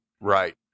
Right